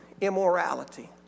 immorality